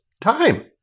time